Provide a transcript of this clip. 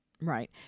right